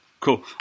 Cool